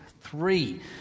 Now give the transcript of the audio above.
three